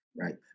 right